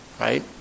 right